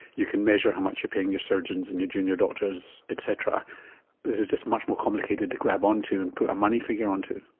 you can measure how much you're paying your surgeons and your junior doctors, etc. but this is just much more complicated to grab on to and put a money figure on to.